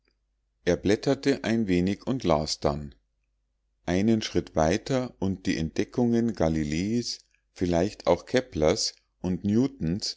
er blätterte ein wenig und las dann einen schritt weiter und die entdeckungen galileis vielleicht auch keplers und newtons